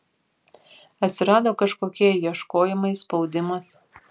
atsirado kažkokie ieškojimai spaudimas